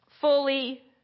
Fully